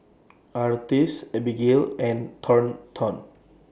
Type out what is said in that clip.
Artis Abigale and Thornton